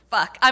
Fuck